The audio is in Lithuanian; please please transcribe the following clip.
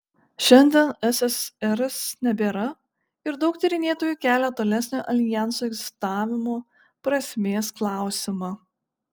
šiandien ssrs nebėra ir daug tyrinėtojų kelia tolesnio aljanso egzistavimo prasmės klausimą